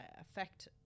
affect